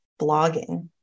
blogging